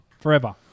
Forever